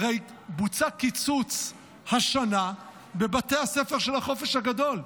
הרי בוצע קיצוץ השנה בבתי הספר של החופש הגדול,